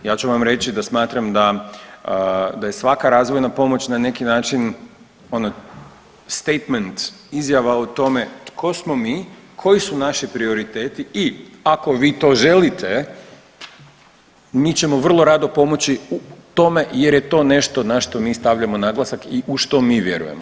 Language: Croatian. Ja ću vam reći da smatram da je svaka razvojna pomoć na neki način ono statement izjava o tome tko smo mi, koji su naši prioriteti i ako vi to želite mi ćemo vrlo rado pomoći u tome jer je to nešto na što mi stavljamo naglasak i u što mi vjerujemo.